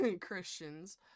Christians